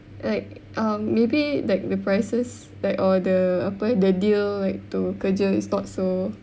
like um maybe like the prices like or the apa the deal like to kerja is not so